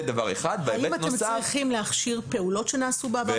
האם אתם צריכים להכשיר פעולות שנעשו בעבר?